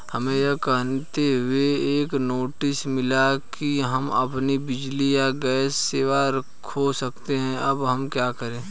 हमें यह कहते हुए एक नोटिस मिला कि हम अपनी बिजली या गैस सेवा खो सकते हैं अब हम क्या करें?